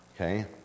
Okay